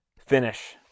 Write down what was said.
finish